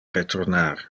retornar